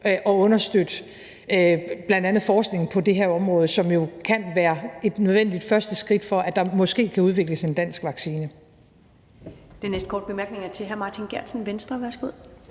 at understøtte bl.a. forskning på det her område, som jo kan være et nødvendigt første skridt til, at der måske kan udvikles en dansk vaccine.